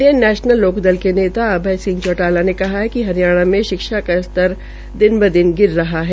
Indian National Lokdal के नेता अभय सिंह चौटाला ने कहा है कि हरियाणा में शिक्षा का स्तर दिन व दिन गिर रहा है